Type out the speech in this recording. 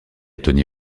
tony